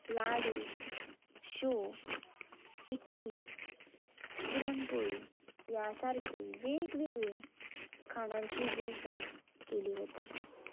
लाडू शो चिक्की पुरणपोळी ह्या सारकी वेगवेगळी खाणांची जिनसां केलीं वता